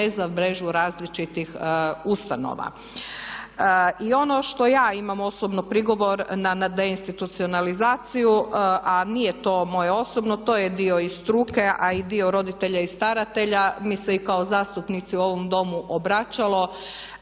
za mrežu različitih ustanova. I ono što ja imam osobno prigovor na deinstitucionalizaciju a nije to moje osobno, to je dio i struke a i dio roditelja i staratelja mi se i kao zastupnici u ovom Domu obratilo,